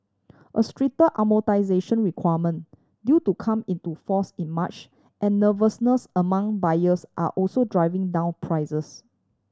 a stricter amortisation requirement due to come into force in March and nervousness among buyers are also driving down prices